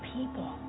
people